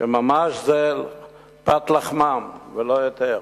שזה ממש פת לחמם, ולא יותר.